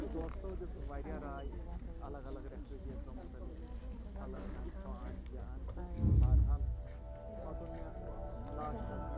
تہٕ دوستو دِژ واریاہ راے الگ الگ رٮ۪فرِجریٹَرو متعلق فَلٲنۍ اَن ہُہ اَن یہِ اَن تہٕ بہرحال پَتہٕ اوٚن مےٚ لاسٹَس